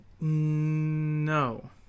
No